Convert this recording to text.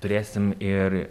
turėsim ir